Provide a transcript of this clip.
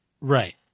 right